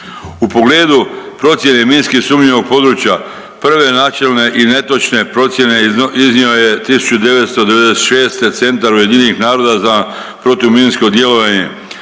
U pogledu procjene minski sumnjivog područja, prve načelne i netočne procjene iznio je 1996. Centar UN-a za protuminsko djelovanje